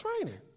training